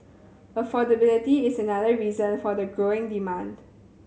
affordability is another reason for the growing demand